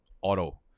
Auto